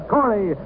Corey